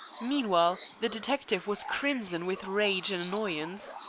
meanwhile the detective was crimson with rage and annoyance.